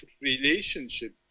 relationship